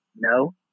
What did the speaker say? No